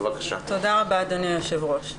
תודה רבה אדוני היושב ראש.